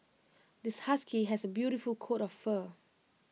this husky has A beautiful coat of fur